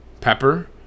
Pepper